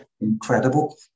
incredible